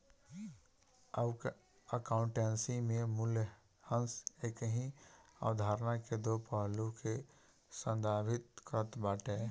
accountancy में मूल्यह्रास एकही अवधारणा के दो पहलू के संदर्भित करत बाटे